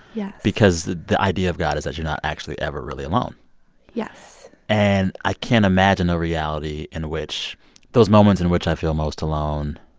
yes. because the the idea of god is that you're not actually ever really alone yes and i can't imagine a reality in which those moments in which i feel most alone,